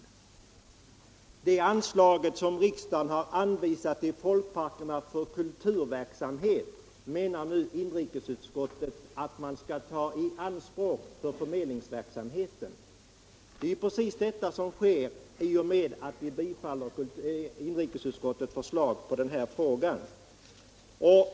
Inrikesutskottet anser nu att det anslag som riksdagen har anvisat till folkparkerna för kulturverksamhet skall tas i anspråk för förmedlingsverksamheten. Det är precis vad som sker i och med att vi bifaller inrikesutskottets förslag på denna punkt.